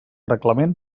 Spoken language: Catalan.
reglament